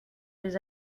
des